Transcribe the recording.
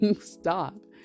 Stop